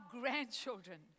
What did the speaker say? grandchildren